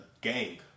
gang